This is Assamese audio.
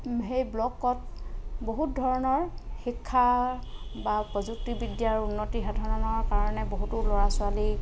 সেই ব্ল'গত বহুত ধৰণৰ শিক্ষাৰ বা প্ৰযুক্তিবিদ্যাৰ উন্নতি সাধনৰ কাৰণে বহুতো ল'ৰা ছোৱালীক